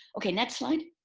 okay, next slide.